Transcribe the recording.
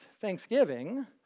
thanksgiving